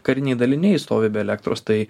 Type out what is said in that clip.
kariniai daliniai stovi be elektros tai